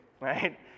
right